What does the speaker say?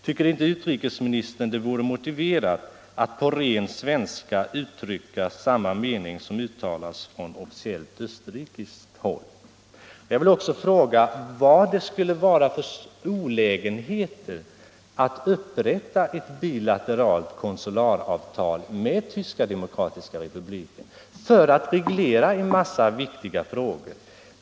Tycker inte utrikesministern att det vore motiverat att på ren svenska uttrycka samma mening som uttalats från officiellt österrikiskt håll? Jag vill också fråga vad det skulle vara för olägenheter med att upprätta ett bilateralt konsularavtal med Tyska demokratiska republiken för att reglera en massa viktiga frågor.